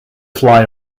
fly